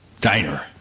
diner